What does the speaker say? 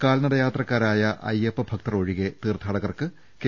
കാൽനട യാത്രക്കാരായ അയ്യപ്പ ഭക്തൻമാർ ഒഴികെ തീർഥാടകർക്ക് കെ